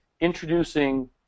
introducing